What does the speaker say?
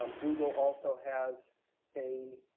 um google also has a